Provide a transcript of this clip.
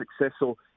successful